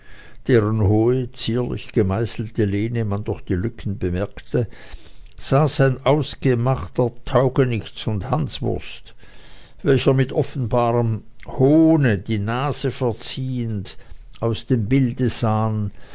deren hohe zierlich gemeißelte lehne man durch die lücken bemerkte saß ein ausgemachter taugenichts und hanswurst welcher mit offenbarem hohne die nase verziehend aus dem bilde sah